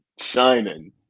shining